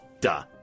duh